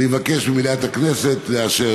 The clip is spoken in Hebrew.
אני מבקש ממליאת הכנסת לאשר את ההצעה.